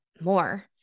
more